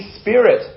Spirit